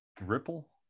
Ripple